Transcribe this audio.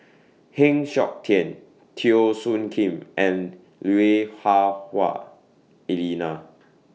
Heng Siok Tian Teo Soon Kim and Wah Hah Hua Elena